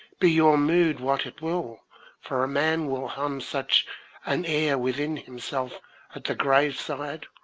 be your mood what it will for a man will hum such an air within himself at the grave side,